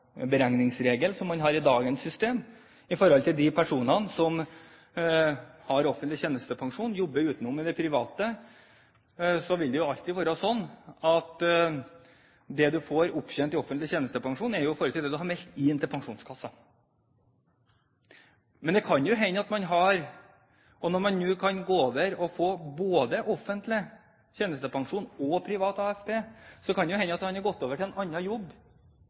poengberegningsregel, som man har i dagens system. For de personene som har offentlig tjenestepensjon og jobber utenom i det private, vil det alltid være slik at det man får opptjent i offentlig tjenestepensjon, står i forhold til det man har meldt inn til Pensjonskassen. Og når det er slik at man nå kan få både offentlig tjenestepensjon og privat AFP, kan det jo hende at man har gått over til en annen jobb,